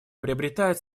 приобретает